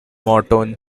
morton